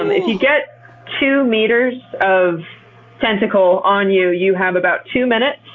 um if you get two meters of tentacle on you, you have about two minutes,